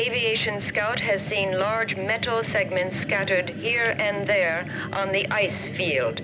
aviation scout has seen large metal segments scattered here and there on the ice field